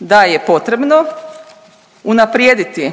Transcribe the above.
da je potrebno unaprijediti